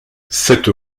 cette